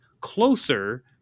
closer